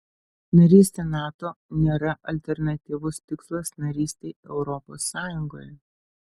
narystė nato nėra alternatyvus tikslas narystei europos sąjungoje